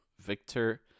Victor